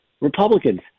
Republicans